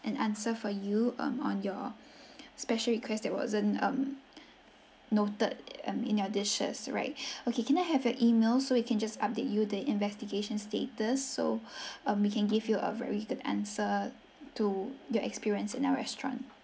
an answer for you um on your special request that wasn't um noted um in your dishes right okay can I have your email so we can just update you the investigation status so um we can give you a very good answer to your experience in our restaurant